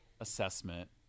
assessment